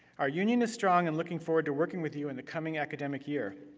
our union is strong and looking forward to working with you in the coming academic year.